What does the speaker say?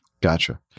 Gotcha